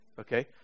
okay